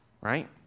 right